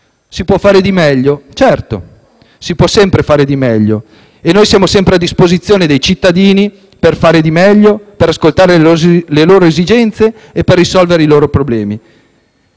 Si può fare di meglio? Certo, si può sempre fare di meglio e siamo sempre a disposizione dei cittadini per fare di meglio, ascoltare le loro esigenze e risolvere i loro problemi.